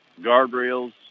guardrails